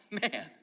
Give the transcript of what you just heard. Man